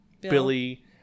Billy